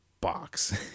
box